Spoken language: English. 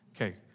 Okay